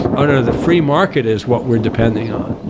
oh no, the free market is what we are depending on.